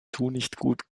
tunichtgut